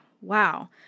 wow